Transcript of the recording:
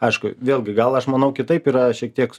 aišku vėlgi gal aš manau kitaip yra šiek tiek